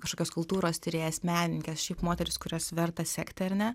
kažkokios kultūros tyrėjas menininkės šiaip moterys kurias verta sekti ar ne